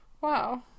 Wow